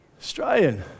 Australian